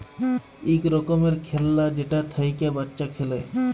ইক রকমের খেল্লা যেটা থ্যাইকে বাচ্চা খেলে